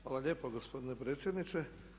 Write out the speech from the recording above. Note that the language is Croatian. Hvala lijepa gospodine predsjedniče.